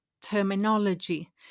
terminology